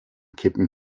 kippen